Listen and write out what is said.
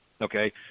Okay